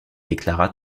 déclara